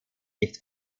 nicht